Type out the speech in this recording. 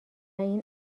این